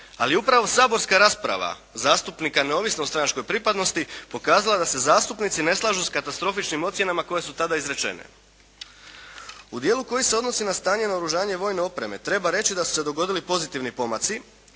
Ali upravo saborska rasprava zastupnika neovisno o stranačkoj pripadnosti, pokazala je da se zastupnici ne slažu sa katastrofičnim ocjenama koje su tada izrečene. U dijelu koji se odnosi na stanje i naoružanje vojne opreme treba reći da su se dogodili pozitivni pomaci